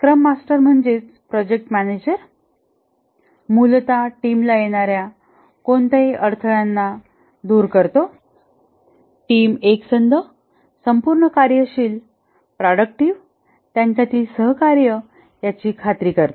scrum master म्हणजेच project manager मूलत टीमला येणाऱ्या कोणत्याही अडथळ्यांना दूर करतो टीम एकसंध संपूर्ण कार्यशील प्रोडूक्टिव्ह त्यांच्यातील सहकार्य याची खात्री करतो